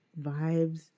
Vibes